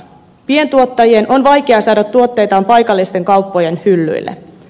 pientuottajien on vaikea saada tuotteitaan paikallisten kauppojen hyllyille